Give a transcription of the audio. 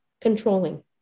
Controlling